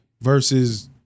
versus